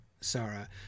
Sarah